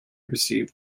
received